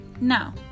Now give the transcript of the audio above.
Now